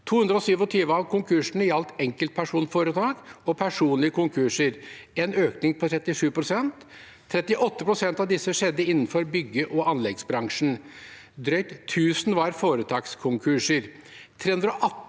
227 av konkursene gjaldt enkeltpersonforetak og personlige konkurser, en økning på 37 pst. 38 pst. av disse skjedde innenfor bygg- og anleggsbransjen. Drøyt 1 000 var foretakskonkurser,